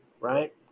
right